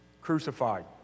crucified